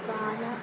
बालाः